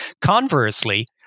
Conversely